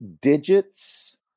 digits